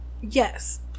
Yes